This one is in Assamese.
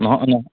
নহয় নহয়